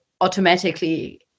automatically